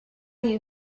you